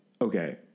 Okay